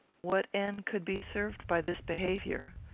what end could be served by this behaviour?